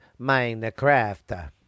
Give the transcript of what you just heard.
Minecraft